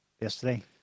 yesterday